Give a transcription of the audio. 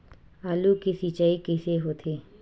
आलू के सिंचाई कइसे होथे?